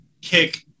kick